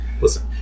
listen